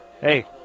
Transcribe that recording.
hey